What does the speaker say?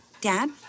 Dad